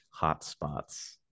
hotspots